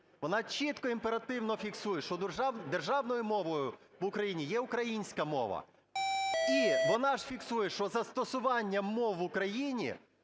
вона чітко імперативно фіксує, що державною мовою в Україні є українська мова. І вона ж фіксує, що застосування мов в Україні,